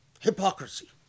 Hypocrisy